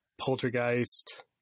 Poltergeist